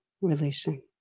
releasing